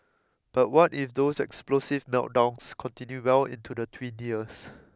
but what if those explosive meltdowns continue well into the three years